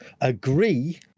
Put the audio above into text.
agree